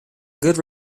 good